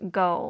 go